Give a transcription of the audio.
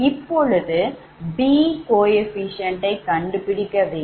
இப்பொழுது B குணகத்தை கண்டுபிடிக்க வேண்டும்